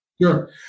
Sure